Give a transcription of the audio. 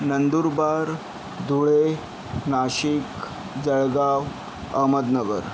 Nandurbar Dhule Nashik Jalgaon Ahmednagar